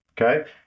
okay